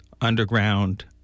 underground